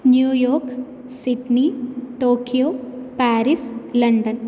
New York Sydney Tokyo Paris London